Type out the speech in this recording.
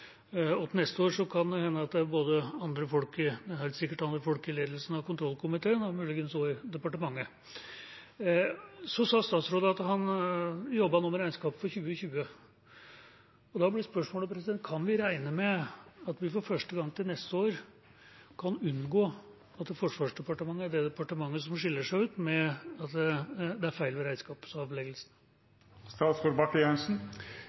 Neste år kan det hende at det sitter andre folk i ledelsen av kontrollkomiteen og muligens også i departementet. Statsråden sa at han nå jobbet med regnskapet for 2020. Da blir spørsmålet: Kan vi regne med at vi til neste år for første gang kan unngå at Forsvarsdepartementet er det departementet som skiller seg ut med feil regnskapsavlegging? Jeg må skyte inn at jeg har det